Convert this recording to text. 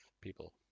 people